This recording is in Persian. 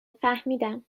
فهمیدم